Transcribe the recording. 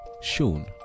shown